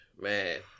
man